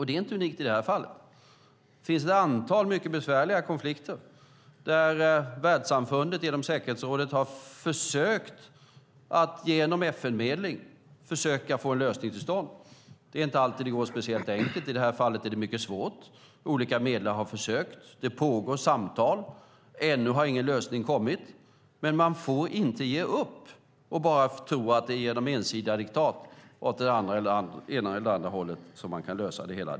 Det är inte unikt i detta fall, utan det finns ett antal mycket besvärliga konflikter där Världssamfundet genom säkerhetsrådet har försökt att genom FN-medling få en lösning till stånd. Det är inte alltid det går speciellt enkelt, och i detta fall är det mycket svårt. Olika medlare har försökt, och det pågår samtal. Ännu har ingen lösning kommit, men man får inte ge upp och tro att det bara är genom ensidiga diktat åt det ena eller andra hållet som man kan lösa det hela.